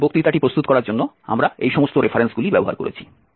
তাই এই বক্তৃতাটি প্রস্তুত করার জন্য আমরা এই সমস্ত রেফারেন্সগুলি ব্যবহার করেছি